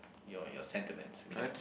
your your sentiments kind of